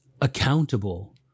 accountable